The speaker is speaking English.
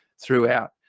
throughout